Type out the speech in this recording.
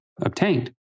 obtained